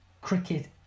cricket